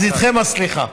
איתכם הסליחה.